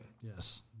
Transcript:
Yes